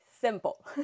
simple